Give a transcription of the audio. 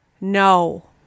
no